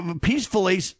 peacefully